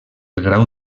grau